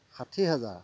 ষাঠি হাজাৰ